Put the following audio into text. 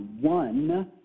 one